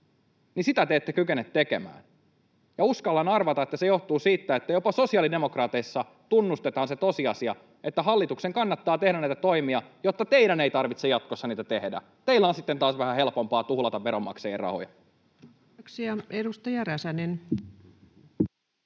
te ette kykene tekemään. Ja uskallan arvata, että se johtuu siitä, että jopa sosiaalidemokraateissa tunnustetaan se tosiasia, että hallituksen kannattaa tehdä näitä toimia, jotta teidän ei tarvitse jatkossa niitä tehdä. Teidän on sitten taas vähän helpompaa tuhlata veronmaksajien rahoja.